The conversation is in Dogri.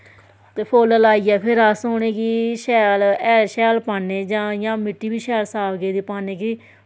ते फुल लाईयै फिर अस उनेंगी शैल हैल शैल पान्ने जां मिट्टी बी शैल साफ गेदी पान्ने कि